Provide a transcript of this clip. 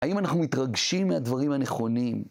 האם אנחנו מתרגשים מהדברים הנכונים?